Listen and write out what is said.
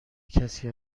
کسی